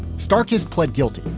starquest pled guilty,